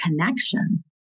connection